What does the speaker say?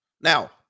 now